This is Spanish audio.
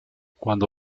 cuando